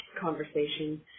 conversation